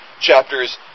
chapters